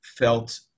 felt